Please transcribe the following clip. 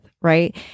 Right